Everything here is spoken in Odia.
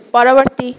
ପରବର୍ତ୍ତୀ